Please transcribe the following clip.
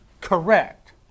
Correct